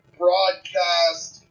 broadcast